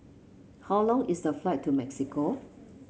how long is the flight to Mexico